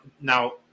now